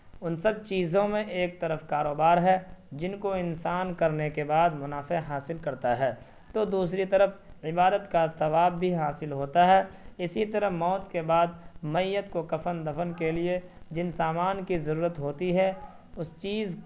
ان سب چیزوں میں ایک طرف کاروبار ہے جن کو انسان کرنے کے بعد منافعے حاصل کرتا ہے تو دوسری طرف عبادت کا ثواب بھی حاصل ہوتا ہے اسی طرح موت کے بعد میت کو کفن دفن کے لیے جن سامان کی ضرورت ہوتی ہے اس چیز